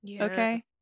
okay